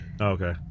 Okay